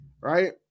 right